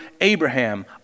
Abraham